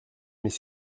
mais